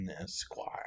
Esquire